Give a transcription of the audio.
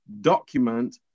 document